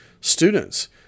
students